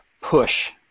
push